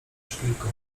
szpilką